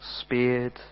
speared